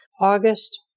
August